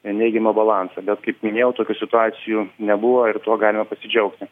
neigiamą balansą bet kaip minėjau tokių situacijų nebuvo ir tuo galime pasidžiaugti